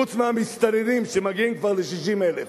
חוץ מהמסתננים שמגיעים כבר ל-60,000?